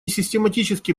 систематически